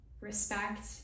respect